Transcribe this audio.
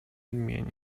odmieni